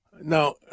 Now